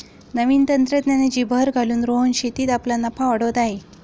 नवीन तंत्रज्ञानाची भर घालून रोहन शेतीत आपला नफा वाढवत आहे